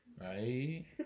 Right